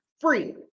free